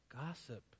gossip